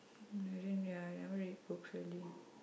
I didn't ya I never read books really